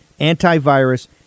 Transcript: antivirus